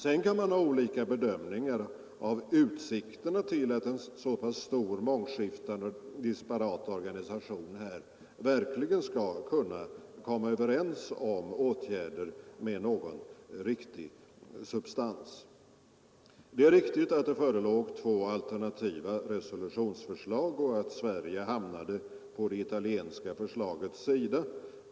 Sedan kan man ha olika bedömningar av utsikterna till att en så pass stor, mångskiftande och disparat organisation som FN verkligen skall kunna komma överens om åtgärder med någon riktig substans. Det är riktigt att det förelåg två alternativa resolutionsförslag och att Sverige hamnade på det italienska förslagets sida.